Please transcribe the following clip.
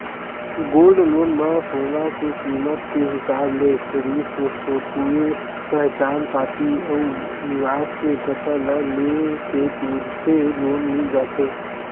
gold loan म सोना के कीमत के हिसाब ले सिरिफ फोटूए पहचान पाती अउ निवास के पता ल ले के तुरते लोन मिल जाथे